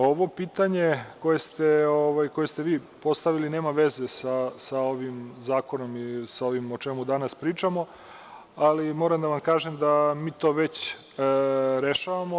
Ovo pitanje koje ste vi postavili nema veze sa ovim zakonom i sa ovim o čemu danas pričamo, ali moram da vam kažem da mi to već rešavamo.